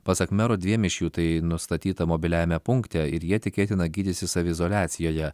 pasak mero dviem iš jų tai nustatyta mobiliajame punkte ir jie tikėtina gydysis saviizoliacijoje